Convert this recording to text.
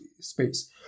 space